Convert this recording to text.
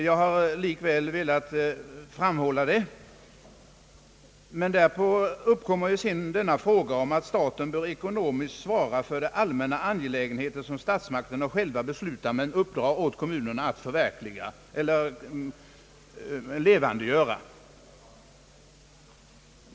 Jag har likväl velat framhålla det. Men därpå uppkommer frågan om att staten bör ekonomiskt svara för de allmänna angelägenheter som statsmakterna själva beslutar men uppdrar åt kommunerna att levandegöra.